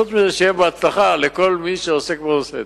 חוץ מזה, שיהיה בהצלחה לכל מי שעוסק ועושה.